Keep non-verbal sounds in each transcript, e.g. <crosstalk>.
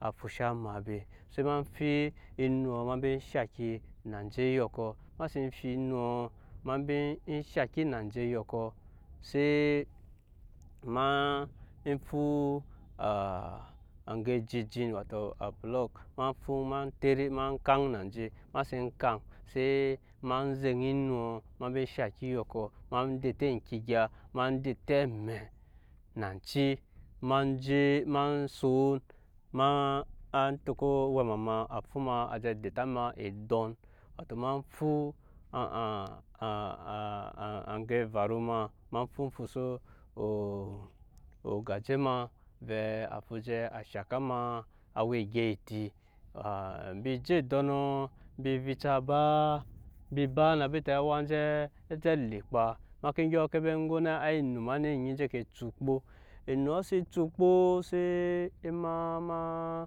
A fusha ma be se ma fu enuɔ ma ba shaki na enje eyɔkɔ ema sen fu enuɔ ma be eshaki na nje eyɔkɔ se ma fu <hesitation> aŋge jin ejin wato á blok ma fu ma tere ma kaŋ a nje ma se kaŋ se ma zeŋa enuɔ ma ben ba shaki eyɔkɔ ma dente eŋke egya ma bwɛ amɛ nanci ma je ma son ma tɛke owɛma ma a fu ma a ba denta ma edon ema fu <hesitation> aŋge evaru ma ma fu sese ogaje vɛɛ a fu je shaka ma awa egyɛp eti embi je edonɔ embi vica ba embi ba bete awa enje nje alikpa ema ke dyɔ ba go nɛ ai enu ma ne enyi enje ke cu kpo enuɔ se cu kpo se ema ma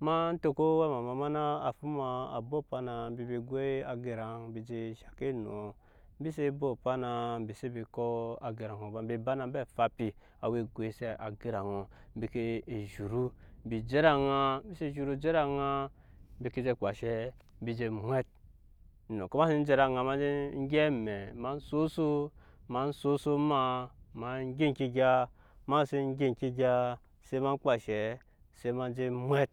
ma tɛke owɛma ma ma na a fu ma opana embi ba goi aga raŋ embi je shaŋke enuɔ embi se ba opana embi xse ba ko aga raŋ ko ba embi ba na ba fampi awa egoisi agaraɔ embi ke e zhuru e je mbi ed'aŋa mbi se zhuru je ed'aŋa embi ke je kpa eshe mbi je mwɛt omɛkɔ ma sen je ed'aŋa ma je gyɛp amɛ ma soso ma soso maa ema gya eŋke egya ema sen gya eŋke egya se ma kpa eshe se ma je mwɛt.